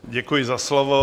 Děkuji za slovo.